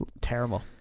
terrible